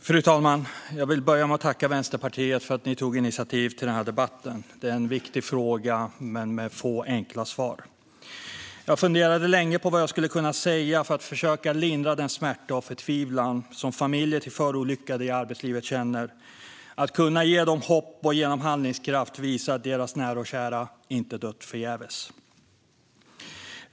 Fru talman! Jag vill börja med och tacka Vänsterpartiet för att ni tog initiativ till den här debatten. Det är en viktig fråga men med få enkla svar. Jag funderade länge på vad jag skulle kunna säga för att försöka lindra den smärta och förtvivlan som familjer till förolyckade i arbetslivet känner, för att kunna ge dem hopp och genom handlingskraft visa att deras nära och kära inte dött förgäves.